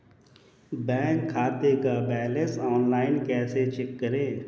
Bank खाते का balance online कैसे चेक करें?